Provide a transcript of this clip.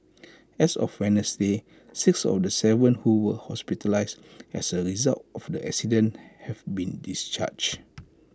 as of Wednesday six of the Seven who were hospitalised as A result of the accident have been discharged